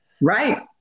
Right